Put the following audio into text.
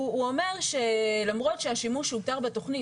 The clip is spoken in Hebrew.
הוא אומר שלמרות שהשימוש שהותר בתכנית,